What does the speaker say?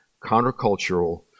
countercultural